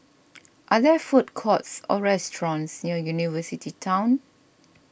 are there food courts or restaurants near University Town